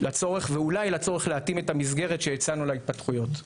ואולי לצורך להתאים את המסגרת שהצענו להתפתחויות.